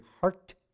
heart